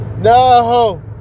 No